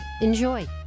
Enjoy